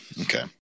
Okay